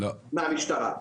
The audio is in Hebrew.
מהמשטרה.